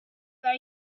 that